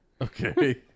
Okay